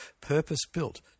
purpose-built